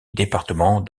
département